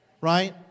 right